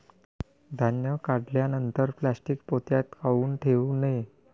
धान्य काढल्यानंतर प्लॅस्टीक पोत्यात काऊन ठेवू नये?